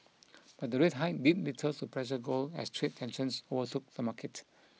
but the rate hike did little to pressure gold as trade tensions overtook the market